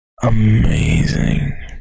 amazing